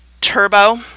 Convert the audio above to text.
Turbo